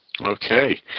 Okay